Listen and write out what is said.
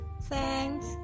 Thanks